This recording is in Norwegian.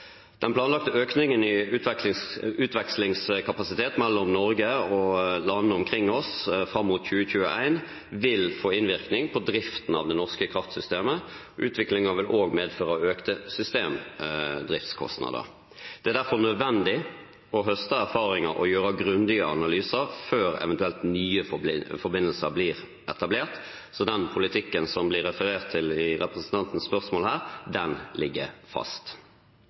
Den planlagte økningen i utvekslingskapasitet mellom Norge og landene omkring oss fram mot 2021 vil få innvirkning på driften av det norske kraftsystemet. Utviklingen vil også medføre økte systemdriftskostnader. Det er derfor nødvendig å høste erfaringer og gjøre grundige analyser før nye forbindelser eventuelt blir etablert. Så den politikken som det blir referert til i representantens spørsmål her, den ligger fast.